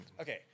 Okay